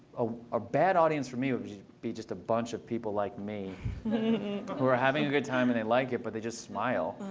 ah a bad audience for me would be just a bunch of people like me who are having a good time and they like it, but they just smile.